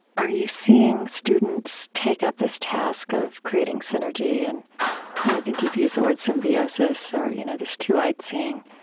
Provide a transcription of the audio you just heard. are you seeing students take up this task of creating synergy? and i think you've used the word symbiosis, or you know this two-eyed seeing.